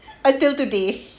until today